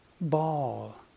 ball